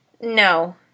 No